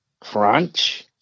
crunch